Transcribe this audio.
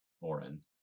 Oren